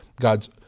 God's